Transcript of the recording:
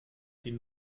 den